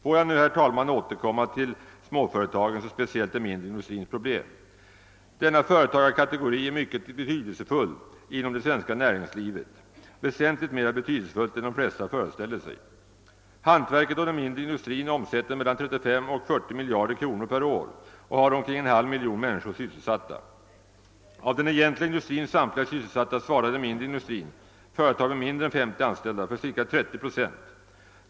Får jag nu något återkomma till småföretagens och speciellt den mindre industrins problem. Denna företagarkategori är mycket betydelsefull inom det svenska näringslivet, väsentligt mer betydelsefull än de flesta föreställer sig. Hantverket och den mindre industrin omsätter mellan 35 och 40 miljarder kronor per år och har omkring en halv miljon människor sysselsatta. Av den egentliga industrins samtliga sysselsatta svarar den mindre industrin — företag med mindre än 50 anställda — för cirka 30 procent.